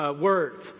Words